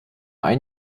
ein